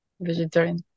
vegetarian